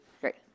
great